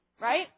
right